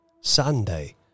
Sunday